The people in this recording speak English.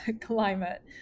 climate